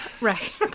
Right